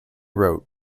wrote